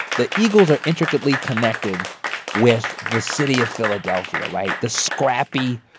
the eagles are intricately connected with the city of philadelphia right? the scrappy,